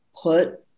put